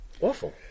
awful